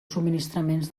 subministraments